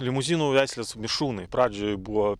limuzinų veislės mišrūnai pradžioj buvo